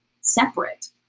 separate